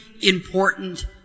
important